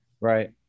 Right